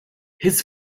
his